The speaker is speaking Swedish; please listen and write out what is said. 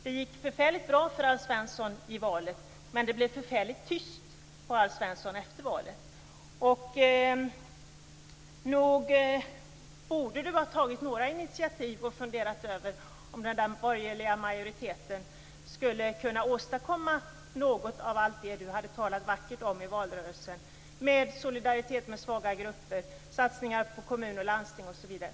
Det gick förfärligt bra för Alf Svensson i valet, men han blev förfärligt tyst efter valet. Nog borde han ha tagit några initiativ och funderat över om den borgerliga majoriteten skulle kunna åstadkomma något av allt det han hade talat vackert om i valrörelsen: solidaritet med svaga grupper, satsningar på kommun och landsting osv.